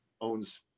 owns